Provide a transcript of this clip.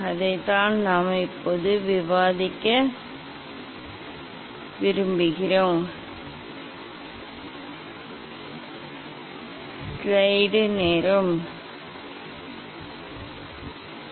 அதைத்தான் நான் இப்போது விவாதிக்க விரும்புகிறேன்